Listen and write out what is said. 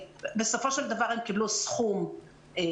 בסופו של דבר הם קיבלו סכום גלובלי